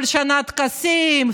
כל שנה טקסים,